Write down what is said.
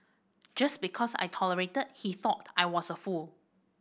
just because I tolerated that he thought I was a fool